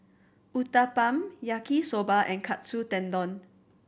Uthapam Yaki Soba and Katsu Tendon